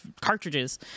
cartridges